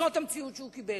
זאת המציאות שהוא קיבל.